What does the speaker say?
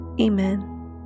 Amen